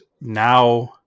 now